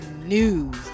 news